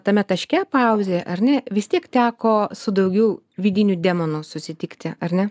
tame taške pauzėj ar ne vis tiek teko su daugiau vidinių demonų susitikti ar ne